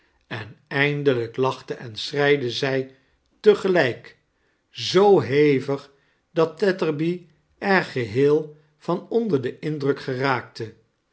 en eindelijk lachte en schreide zij te gfelijk zoo hevig dat tetterby er geheel van onder den indruk geraakte